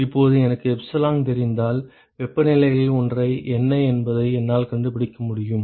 இப்போது எனக்கு எப்சிலான் தெரிந்தால் வெப்பநிலைகளில் ஒன்றை என்ன என்பதை என்னால் கண்டுபிடிக்க முடியும்